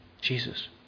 Jesus